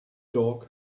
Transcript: dog